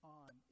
on